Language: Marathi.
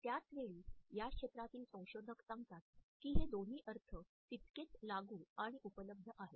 त्याच वेळी या क्षेत्रातील संशोधक सांगतात की हे दोन्ही अर्थ तितकेच लागू आणि उपलब्ध आहेत